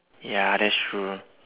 ya that's true